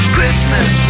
Christmas